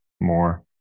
more